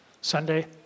Sunday